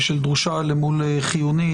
ושל דרושה למול חיונית.